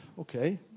Okay